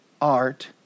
art